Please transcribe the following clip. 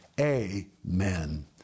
Amen